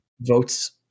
votes